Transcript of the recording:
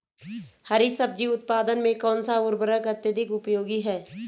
हरी सब्जी उत्पादन में कौन सा उर्वरक अत्यधिक उपयोगी है?